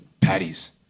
patties